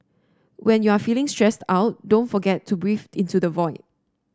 when you are feeling stressed out don't forget to breathe into the void